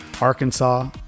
Arkansas